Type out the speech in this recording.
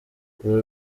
uru